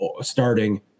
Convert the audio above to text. starting